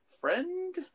friend